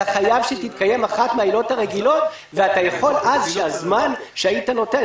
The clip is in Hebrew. אתה חייב שתתקיים אחת מהעילות הרגילות ואז אתה יכול שהזמן שהיית נותן,